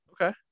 Okay